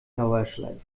dauerschleife